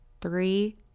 three